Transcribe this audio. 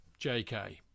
JK